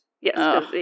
Yes